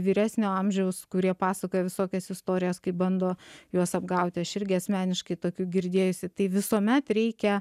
vyresnio amžiaus kurie pasakoja visokias istorijas kaip bando juos apgauti aš irgi asmeniškai tokių girdėjusi tai visuomet reikia